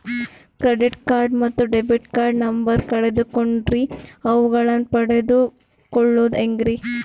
Credit card ಮತ್ತು debit card number ಕಳೆದುಕೊಂಡಿನ್ರಿ ಅವುಗಳನ್ನ ಪಡೆದು ಕೊಳ್ಳೋದು ಹೇಗ್ರಿ?